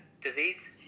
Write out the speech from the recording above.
disease